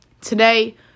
Today